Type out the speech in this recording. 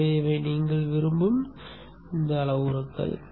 எனவே இவை நீங்கள் விரும்பும் அளவுருக்கள்